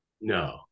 No